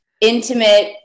intimate